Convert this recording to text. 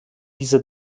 dieser